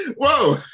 whoa